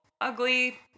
ugly